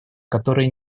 которое